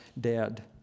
dead